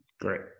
Great